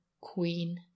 queen